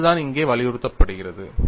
எனவே அதுதான் இங்கே வலியுறுத்தப்படுகிறது